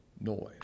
noise